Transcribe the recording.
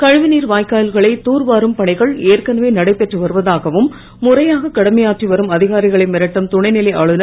கழிவுநீர் வாய்க்கால்களை தூர்வாரும் பணிகள் ஏற்கனவே நடைபெற்று வருவதாகவும் முறையாகக் கடமையாற்றி வரும் அதிகாரிகளை மிரட்டும் துணைநிலை ஆளுனர்